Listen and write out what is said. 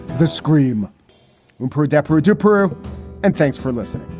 the scream per adepero dupere and thanks for listening